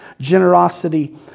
generosity